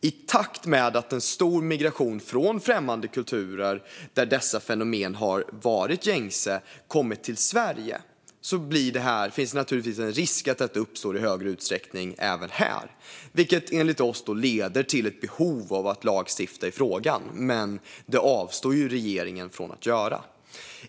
I takt med att en stor migration skett till Sverige från främmande kulturer där dessa fenomen har varit gängse finns naturligtvis en risk att detta uppstår i högre utsträckning även här. Detta leder enligt oss till ett behov av att lagstifta i frågan, men detta avstår regeringen från.